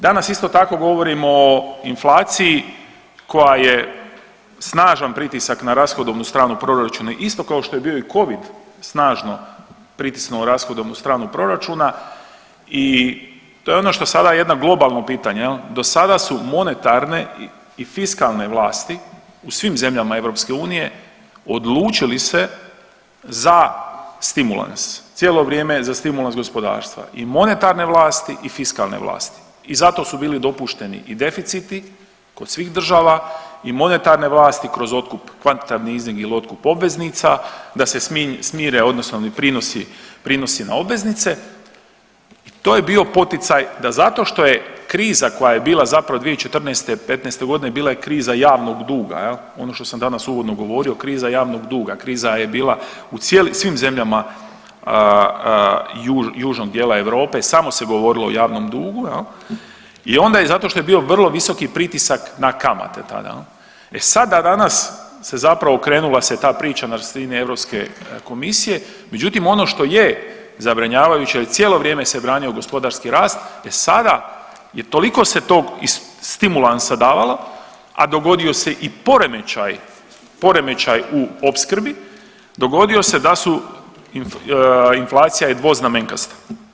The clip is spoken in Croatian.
Danas isto tako govorimo o inflaciji koja je snažan pritisak na rashodovnu stranu proračuna isto kao što je bio i covid snažno pritisnuo rashodovnu stranu proračuna i to je ono što sada je jedno globalno pitanje jel, do sada su monetarne i fiskalne vlasti u svim zemljama EU odlučili se za stimulans, cijelo vrijeme za stimulans gospodarstva i monetarne vlasti i fiskalne vlasti i zato su bili dopušteni i deficiti kod svih država i monetarne vlasti kroz otkup … [[Govornik se ne razumije]] ili otkup obveznica da se smire odnosno oni prinosi, prinosi na obveznice i to je bio poticaj da zato što je kriza koja je bila zapravo 2014.-'15.g. bila je kriza javnog duga jel, ono što sam danas uvodno govorio kriza javnog duga, kriza je bila u svim zemljama južnog dijela Europe, samo se govorilo o javnom dugu jel i onda je zato što je bio vrlo visoki pritisak na kamate tada jel, e sada danas se zapravo okrenula se ta Europske komisije, međutim ono što je zabrinjavajuće i cijelo vrijeme se branio gospodarski rast je sada je toliko se tog stimulansa davalo, a dogodio se i poremećaj u opskrbi, dogodio se da su inflacija je dvoznamenkasta.